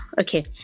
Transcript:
Okay